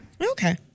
Okay